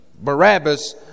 Barabbas